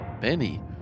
Benny